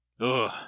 Ugh